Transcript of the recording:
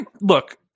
look